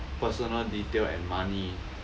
personal detail and money